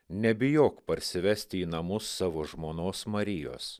nebijok parsivesti į namus savo žmonos marijos